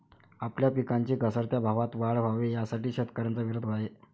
आपल्या पिकांच्या घसरत्या भावात वाढ व्हावी, यासाठी शेतकऱ्यांचा विरोध आहे